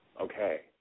okay